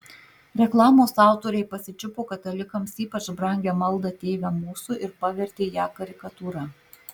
reklamos autoriai pasičiupo katalikams ypač brangią maldą tėve mūsų ir pavertė ją karikatūra